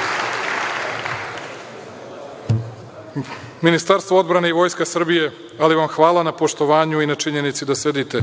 stojim. Ministarstvo odbrane i Vojska Srbije, ali vam hvala na tome, na poštovanju i na činjenici da sedite